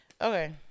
Okay